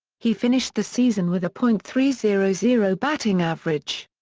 he finished the season with a point three zero zero batting average.